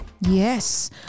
Yes